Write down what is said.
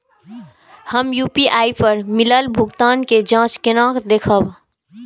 हम यू.पी.आई पर मिलल भुगतान के जाँच केना देखब?